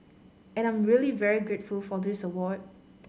and I'm really very grateful for this award